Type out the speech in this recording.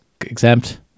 exempt